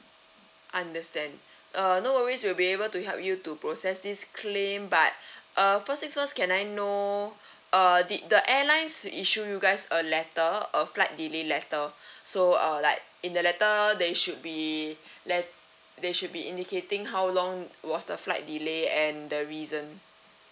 understand uh no worries we will be able to help you to process this claim but uh first things first can I know uh did the airlines issue you guys a letter a flight delay letter so err like in the letter there should be let~ they should be indicating how long was the flight delay and the reason